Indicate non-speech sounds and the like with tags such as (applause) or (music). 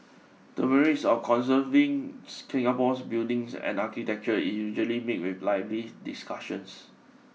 the merits of conserving (noise) Singapore's buildings and architecture is usually meet with lively discussions